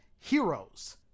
Heroes